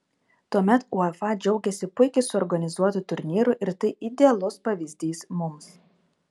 tuomet uefa džiaugėsi puikiai suorganizuotu turnyru ir tai idealus pavyzdys mums